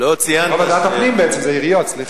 או ועדת הפנים בעצם, זה עיריות, סליחה.